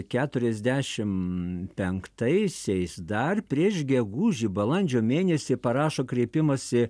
keturiasdešim penktaisiais dar prieš gegužį balandžio mėnesį parašo kreipimąsi